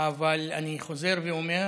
אבל אני חוזר ואומר